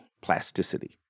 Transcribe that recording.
Plasticity